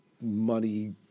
money